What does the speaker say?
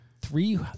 three